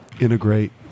integrate